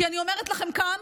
כי אני אומרת לכם כאן